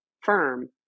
firm